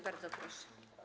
Bardzo proszę.